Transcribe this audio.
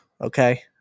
okay